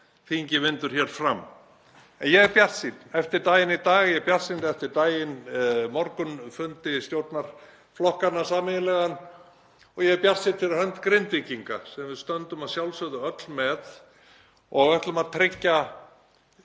þingi vindur hér fram. En ég er bjartsýnn eftir daginn í dag, ég er bjartsýnn eftir sameiginlegan morgunfund stjórnmálaflokkanna og ég er bjartsýnn fyrir hönd Grindvíkinga sem við stöndum að sjálfsögðu öll með og ætlum að tryggja